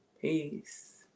Peace